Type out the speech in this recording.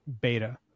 Beta